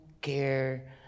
care